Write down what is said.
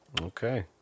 okay